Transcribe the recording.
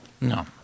No